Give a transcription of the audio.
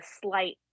slight